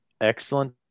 excellent